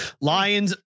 Lions